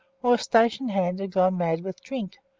or a station hand had gone mad with drink,